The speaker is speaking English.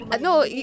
No